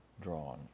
drawn